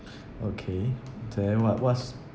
okay then what what's